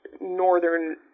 northern